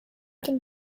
can